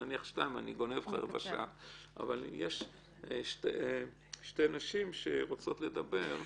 יש שתי נשים שרוצות לדבר,